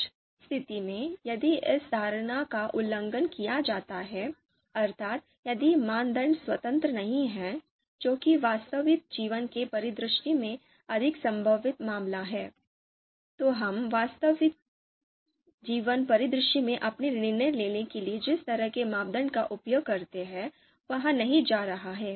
उस स्थिति में यदि इस धारणा का उल्लंघन किया जाता है अर्थात यदि मानदंड स्वतंत्र नहीं हैं जो कि वास्तविक जीवन के परिदृश्य में अधिक संभावित मामला है तो हम वास्तविक जीवन परिदृश्यों में अपने निर्णय लेने के लिए जिस तरह के मापदंड का उपयोग करते हैं वह नहीं जा रहा है